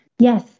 Yes